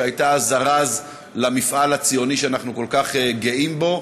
שהייתה הזרז למפעל הציוני שאנחנו כל כך גאים בו,